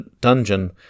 dungeon